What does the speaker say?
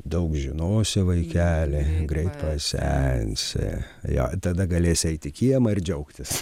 daug žinosi vaikeli greit pasensi jo tada galėsi eiti į kiemą ir džiaugtis